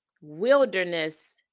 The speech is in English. wilderness